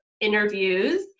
interviews